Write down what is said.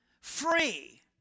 free